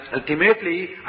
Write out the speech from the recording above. ultimately